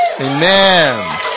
Amen